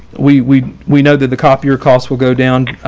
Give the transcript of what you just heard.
we we we know that the copier costs will go down,